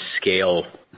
scale